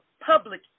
public